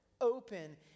open